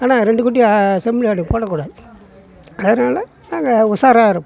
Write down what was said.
ஆனால் ரெண்டுக் குட்டி செம்மறி ஆடு போடக்கூடாது அதனால் நாங்கள் உஷாராக இருப்போம்